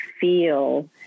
feel